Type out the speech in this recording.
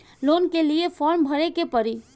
Loan के लिए form भरे के पड़ी?